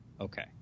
Okay